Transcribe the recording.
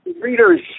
readers